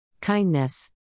Kindness